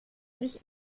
sich